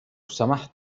سمحت